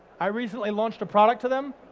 i recently launched a product to them,